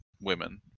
women